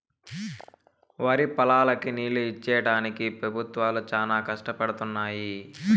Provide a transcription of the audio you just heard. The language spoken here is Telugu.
వరిపొలాలకి నీళ్ళు ఇచ్చేడానికి పెబుత్వాలు చానా కష్టపడుతున్నయ్యి